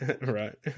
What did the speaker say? Right